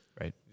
right